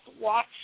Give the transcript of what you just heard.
watch